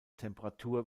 temperatur